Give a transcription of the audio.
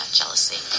jealousy